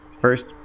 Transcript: first